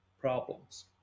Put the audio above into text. problems